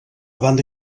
banda